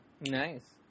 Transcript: Nice